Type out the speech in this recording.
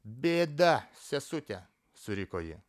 bėda sesute suriko ji